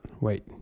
Wait